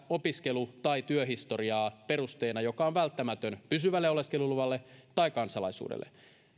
opiskelu tai työhistoriaa perusteena joka on välttämätön pysyvälle oleskeluluvalle tai kansalaisuudelle